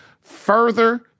Further